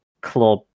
club